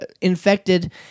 infected